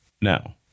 Now